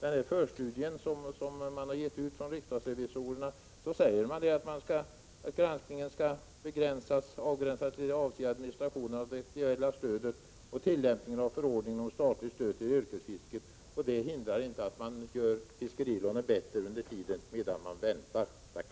I den förstudie som riksdagsrevisorerna har gett ut står det att granskningen skall avgränsas till att avse administrationen av stödet och tillämpningen av förordningen om statligt stöd till yrkesfisket. Detta hindrar inte att fiskerilånen under tiden förbättras.